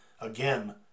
again